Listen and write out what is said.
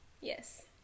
Yes